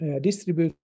distribute